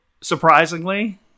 surprisingly